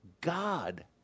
God